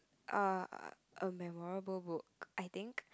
err a memorable book I think